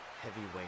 Heavyweight